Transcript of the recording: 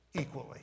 equally